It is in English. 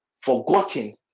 Forgotten